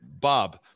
Bob